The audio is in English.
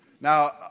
Now